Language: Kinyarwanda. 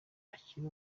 akiri